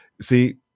see